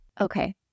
Okay